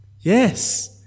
Yes